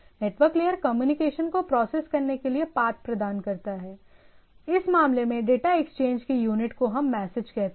network layer communication को process करने के लिए पाथ प्रदान करता है इस मामले में डेटा एक्सचेंज की यूनिट को हम मैसेज कहते है